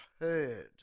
heard